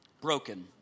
broken